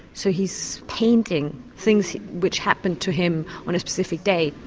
so he's painting things which happened to him on a specific day.